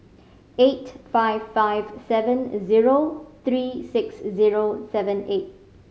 eight five five seven zero three six zero seven eight